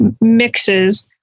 mixes